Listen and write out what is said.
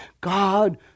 God